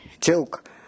joke